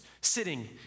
sitting